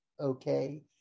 okay